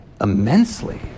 immensely